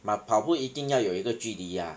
but 跑步一定要有一个距离啊